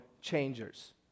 changers